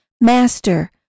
Master